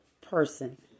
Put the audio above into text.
person